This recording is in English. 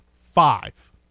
five